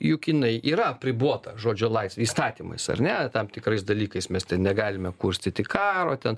juk jinai yra apribota žodžio laisvė įstatymais ar ne tam tikrais dalykais mes negalime kurstyti karo ten